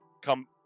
come